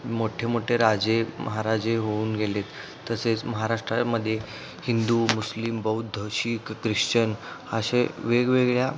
मोठे मोठे राजे महाराजे होऊन गेलेत तसेच महाराष्ट्रामध्ये हिंदू मुस्लिम बौद्ध शीख ख्रिश्चन असे वेगवेगळ्या